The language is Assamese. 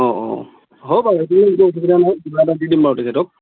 হ'ব বাৰু সেইটো একো অসুবিধা নহয় কিবা এটা দি দিম মই তেখেতক